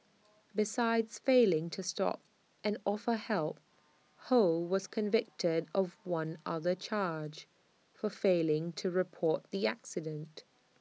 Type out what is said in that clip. besides failing to stop and offer help ho was convicted of one other charge for failing to report the accident